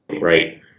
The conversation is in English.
right